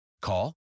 Call